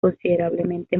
considerablemente